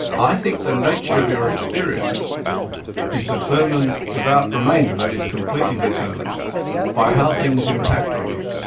i think the nature of your experience is determined without remainder, that is, completely determined by how things impact on you.